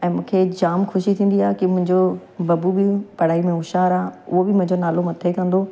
ऐं मूंखे जाम ख़ुशी थींदी आहे की मुंहिंजो बबू बि पढ़ाई में होश्यारु आहे उहो बि मुंहिंजो नालो मथे कंदो